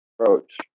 approach